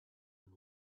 and